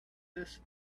this